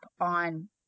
on